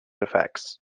affects